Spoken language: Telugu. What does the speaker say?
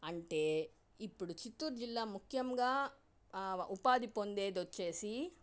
అంటే ఇప్పుడు చిత్తూరు జిల్లా ముఖ్యంగా ఉపాధి పొందేది వచ్చేసి